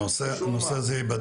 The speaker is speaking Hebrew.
הנושא הזה ייבדק.